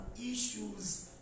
issues